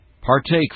partake